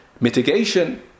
mitigation